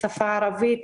שפה עברית,